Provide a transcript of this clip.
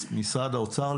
משרד האוצר,